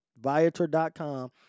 Viator.com